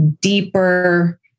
deeper